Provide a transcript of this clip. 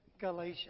Galatia